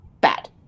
bad